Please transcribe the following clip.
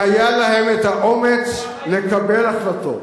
שהיה להם האומץ לקבל החלטות.